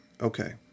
Okay